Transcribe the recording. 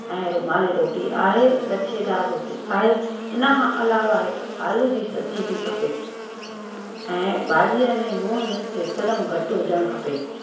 ऐं रुमाली रोटी आहे लछेदार रोटी आहे इन खां अलावा हिक आलू जी सब्ज़ी बि खपे ऐं भाॼीअ में लूणु मिर्च हिकदमि घटि हुजणु खपे